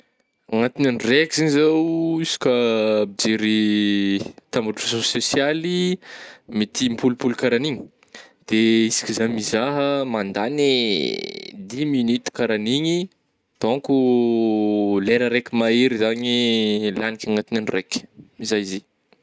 Agnatin'ny andro raiky zegny zao isaka mijery tambadrotra sôsialy mety im-polopolo ka rahagniny de isaka zah mizaha mandagny dix minute ka rahagniny donc oh, lera raiky mahery zany lagniko anaty andro raiky, zay izy.